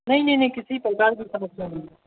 नहीं नहीं नहीं किसी प्रकार की समस्या नहीं है